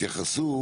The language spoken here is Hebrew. התייחסו